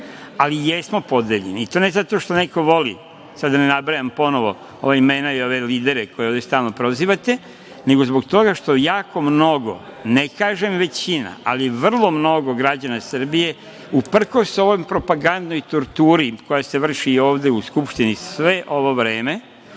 Ali, jesmo podeljeni. I to ne zato što neko voli, da ne nabrajam ponovo ova imena i ove lidere koje stalno prozivate, nego zbog toga što jako mnogo, ne kažem većina ali, vrlo mnogo građana Srbije, uprkos ovoj propagandnoj torturi koja se vrši i ovde u Skupštini sve ovo vreme,